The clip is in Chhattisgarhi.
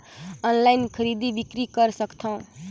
ऑनलाइन खरीदी बिक्री कर सकथव?